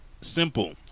simple